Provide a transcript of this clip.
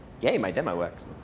yay, my demo works.